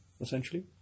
essentially